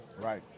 right